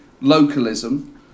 localism